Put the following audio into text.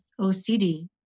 OCD